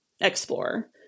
explore